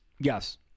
Yes